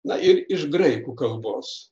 na ir iš graikų kalbos